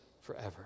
forever